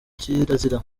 kirazira